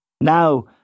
Now